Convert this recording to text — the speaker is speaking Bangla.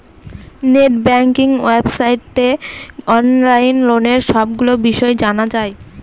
নেট ব্যাঙ্কিং ওয়েবসাইটে অনলাইন লোনের সবগুলো বিষয় জানা যায়